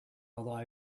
although